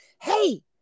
hey